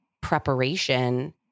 preparation